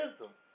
wisdom